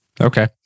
Okay